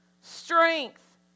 strength